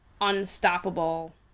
unstoppable